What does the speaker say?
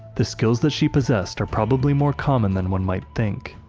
the skills that she possessed are probably more common than one might think.